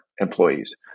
employees